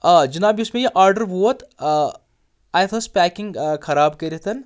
آ جناب یُس مےٚ یہِ آرڈر ووت اتھ أسۍ پیکِنگ خراب کٔرِتھ